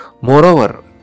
Moreover